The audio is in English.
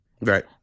right